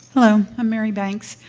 hello, i'm mary banks.